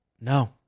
No